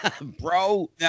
Bro